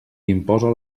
imposa